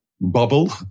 bubble